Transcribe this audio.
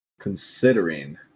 considering